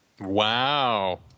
Wow